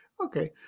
Okay